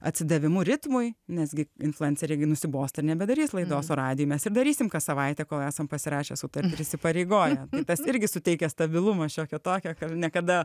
atsidavimu ritmui nes gi influenceriai nusibosta nebedarys laidos radijuj mes ir darysim kas savaitę kol esam pasirašę sutartį ir įsipareigoję tas irgi suteikia stabilumo šiokio tokio kad niekada